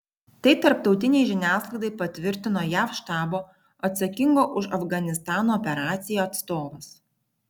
tai tarptautinei žiniasklaidai patvirtino jav štabo atsakingo už afganistano operaciją atstovas